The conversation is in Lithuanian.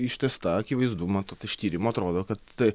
ištiesta akivaizdu matot iš tyrimo atrodo kad